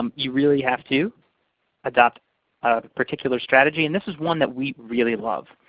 um you really have to adopt a particular strategy, and this is one that we really love.